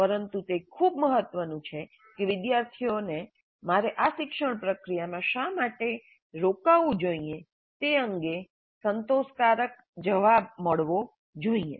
પરંતુ તે ખૂબ મહત્વનું છે કે વિદ્યાર્થીઓને "મારે આ શિક્ષણ પ્રક્રિયામાં શા માટે રોકાવું જોઈએ" તે અંગે સંતોષકારક જવાબ મળવો જોઈએ